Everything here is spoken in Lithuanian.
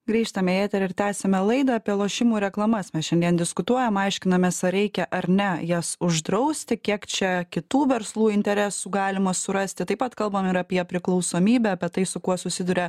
grįžtame į eterį ir tęsiame laidą apie lošimų reklamas mes šiandien diskutuojam aiškinamės ar reikia ar ne jas uždrausti kiek čia kitų verslų interesų galima surasti taip pat kalbam ir apie priklausomybę apie tai su kuo susiduria